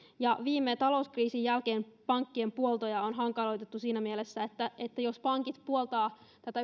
viime talouskriisin jälkeen pankkien puoltoja on hankaloitettu siinä mielessä että että jos pankit puoltavat